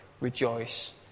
rejoice